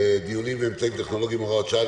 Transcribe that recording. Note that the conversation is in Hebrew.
דיונים באמצעים טכנולוגיים (הוראת שעה,